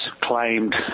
claimed